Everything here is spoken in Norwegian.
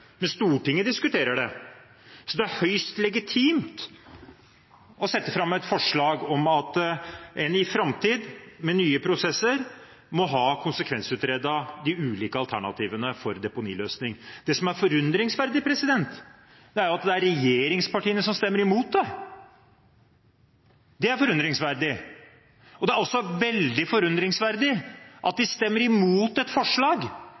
men Stortinget diskuterer det. Det er høyst legitimt å sette fram et forslag om at en i framtiden, med nye prosesser, må ha konsekvensutredet de ulike alternativene for deponiløsning. Det som er forunderlig, er at det er regjeringspartiene som stemmer imot det. Det er forunderlig. Det er også veldig forunderlig at de stemmer imot et forslag